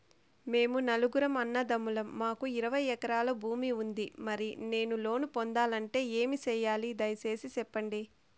మేము నలుగురు అన్నదమ్ములం మాకు ఇరవై ఎకరాల భూమి ఉంది, మరి నేను లోను పొందాలంటే ఏమి సెయ్యాలి? దయసేసి సెప్పండి?